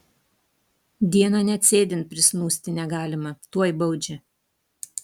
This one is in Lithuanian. dieną net sėdint prisnūsti negalima tuoj baudžia